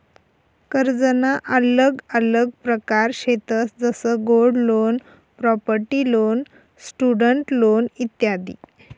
कर्जना आल्लग आल्लग प्रकार शेतंस जसं gold loan, property loan, student loan इत्यादी